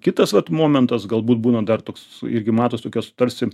ir kitas vat momentas galbūt būna dar toks irgi matos tokios tarsi